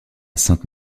sainte